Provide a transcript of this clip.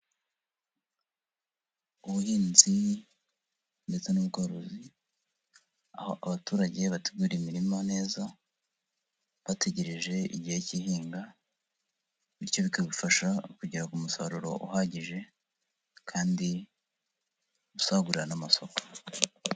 Ubuhinzi ndetse n'ubworozi aho abaturage bategura imirima neza bategereje igihe cy'ihinga bityo bikagufasha kugera ku musaruro uhagije kandi usagurira n'amasoko.